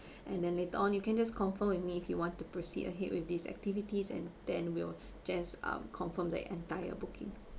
and then later on you can just confirm with me if you want to proceed ahead with these activities and then we'll just um confirm the entire booking